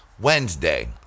Wednesday